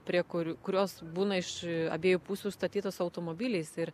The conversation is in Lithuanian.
prie kurios būna iš abiejų pusių užstatytos automobiliais ir